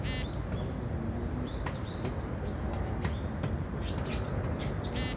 हर महिना में कुछ फिक्स पइसा ऋण कम्पनी के देवे के होला